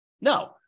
No